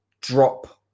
drop